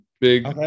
big